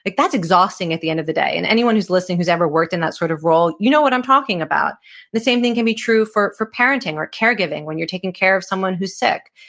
like that's exhausting at the end of the day and anyone's who's listening who's ever worked in that sort of role, you know what i'm talking about the same thing can be true for for parenting or caregiving. when you're taking care of someone who's sick.